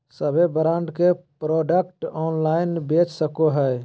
सभे ब्रांड के product online बेच सको हइ